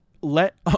let